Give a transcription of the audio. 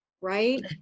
right